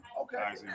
Okay